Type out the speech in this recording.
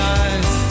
eyes